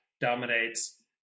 dominates